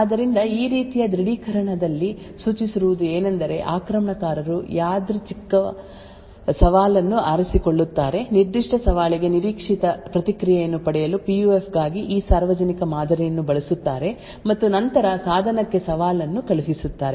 ಆದ್ದರಿಂದ ಈ ರೀತಿಯ ದೃಢೀಕರಣದಲ್ಲಿ ಸೂಚಿಸಿರುವುದು ಏನೆಂದರೆ ಆಕ್ರಮಣಕಾರರು ಯಾದೃಚ್ಛಿಕ ಸವಾಲನ್ನು ಆರಿಸಿಕೊಳ್ಳುತ್ತಾರೆ ನಿರ್ದಿಷ್ಟ ಸವಾಲಿಗೆ ನಿರೀಕ್ಷಿತ ಪ್ರತಿಕ್ರಿಯೆಯನ್ನು ಪಡೆಯಲು ಪಿಯುಎಫ್ ಗಾಗಿ ಈ ಸಾರ್ವಜನಿಕ ಮಾದರಿಯನ್ನು ಬಳಸುತ್ತಾರೆ ಮತ್ತು ನಂತರ ಸಾಧನಕ್ಕೆ ಸವಾಲನ್ನು ಕಳುಹಿಸುತ್ತಾರೆ